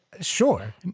sure